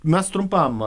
mes trumpam